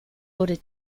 wurde